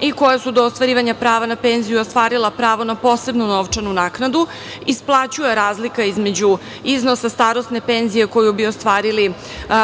i koja su do ostvarivanja prava na penziju ostvarila pravo na posebnu novčanu naknadu, isplaćuje razlika između iznosa starosne penzije koju bi ostvarili